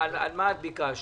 על מה את ביקשת?